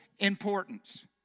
importance